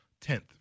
tenth